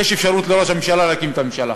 יש אפשרות לראש הממשלה להקים את הממשלה